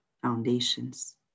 foundations